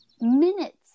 minutes